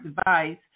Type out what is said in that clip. device